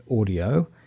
audio